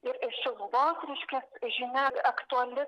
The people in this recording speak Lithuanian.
ir ir šiluvos reiškia žinia aktuali